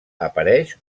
apareix